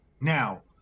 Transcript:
now